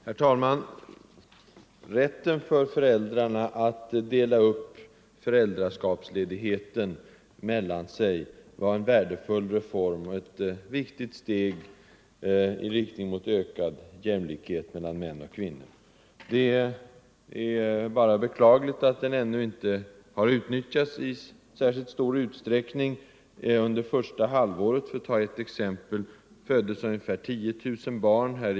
Herr talman! Rätten för föräldrarna att dela upp föräldraskapsledigheten mellan sig var en värdefull reform och ett viktigt steg i riktning mot ökad jämlikhet mellan män och kvinnor. Det är bara beklagligt att den ännu inte har utnyttjats i särskilt stor utsträckning. Under första halvåret 1974, för att ta ett exempel, föddes ca 10 000 barn här.